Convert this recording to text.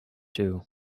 too